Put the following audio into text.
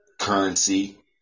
currency